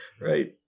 right